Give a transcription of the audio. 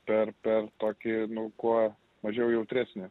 per per tokį nu kuo mažiau jautresnį